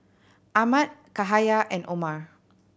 Ahmad Cahaya and Omar